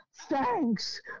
thanks